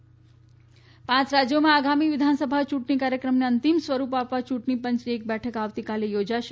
યુંટણી પંચ પાંચ રાજયોમાં આગામી વિધાનસભા યુંટણી કાર્યક્રમને અંતીમ સ્વરૂપ આપવા યુંટણી પંચની એક બેઠક આવતીકાલે યોજાશે